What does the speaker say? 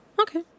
Okay